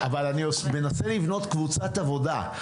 אבל אני מנסה לבנות קבוצת עבודה,